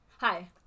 Hi